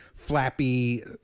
flappy